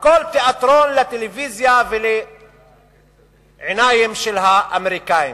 הכול תיאטרון לטלוויזיה ולעיניים של האמריקנים.